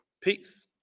Peace